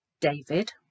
David